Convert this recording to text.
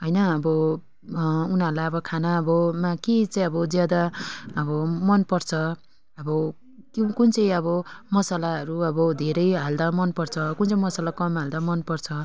होइन अब उनीहरूलाई अब खानामा के चाहिँ अब ज्यादा अब मन पर्छ अब त्यो कुन चाहिँ अब मसालाहरू अब धेरै हाल्दा मन पर्छ कुन चाहिँ मसाला कम हाल्दा मन पर्छ